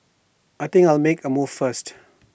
I think I'll make A move first